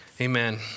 amen